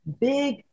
big